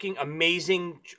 amazing